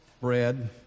bread